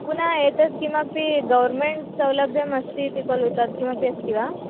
पुनः एतत् किमपि गौर्मेण्ट् सौलभ्यम् अस्ति इति खलु तद् किमपि अस्ति वा